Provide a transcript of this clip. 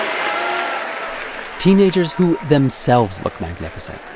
um teenagers who themselves look magnificent.